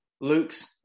Luke's